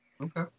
Okay